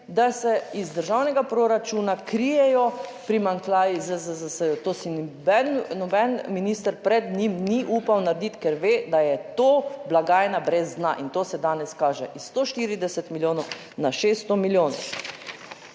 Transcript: da se iz državnega proračuna krijejo primanjkljaji ZZZS, to si noben minister pred njim ni upal narediti, ker ve, da je to blagajna brez dna in to se danes kaže iz 140 milijonov na 600 milijonov.